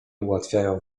ułatwiają